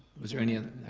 was there any